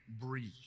breathe